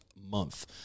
month